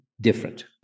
different